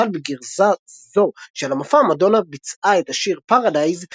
למשל בגרזה זו של המופע מדונה ביצעה את השיר "Paradise"